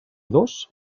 dos